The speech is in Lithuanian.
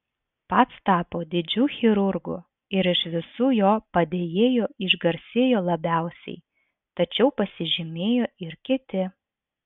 pats tapo didžiu chirurgu ir iš visų jo padėjėjų išgarsėjo labiausiai tačiau pasižymėjo ir kiti